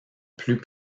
plus